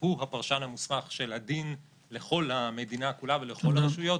הוא הפרשן המוסמך של הדין לכל המדינה כולה ולכל הרשויות.